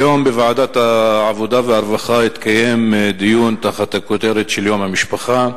היום בוועדת העבודה והרווחה התקיים דיון תחת הכותרת של יום המשפחה,